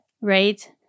Right